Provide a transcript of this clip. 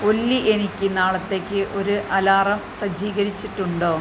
ഒല്ലി എനിക്ക് നാളത്തേക്ക് ഒരു അലാറം സജ്ജീകരിച്ചിട്ടുണ്ടോ